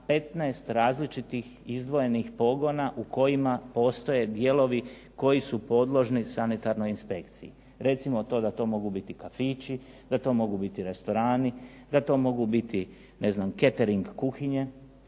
15 različitih izdvojenih pogona u kojima postoje dijelovi koji su podložni sanitarnoj inspekciji. Recimo da to mogu biti kafići, da to mogu biti restorani, da to mogu biti ne znam catering kuhinje,